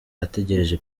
ategereje